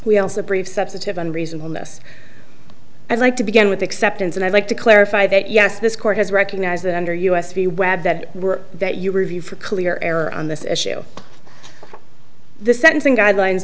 we also brief substantive and reasonable ness i'd like to begin with acceptance and i'd like to clarify that yes this court has recognized that under u s v webb that were that you review for clear error on this issue the sentencing guidelines